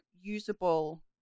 usable